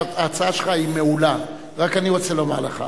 ההצעה שלך היא מעולה, רק אני רוצה לומר לך.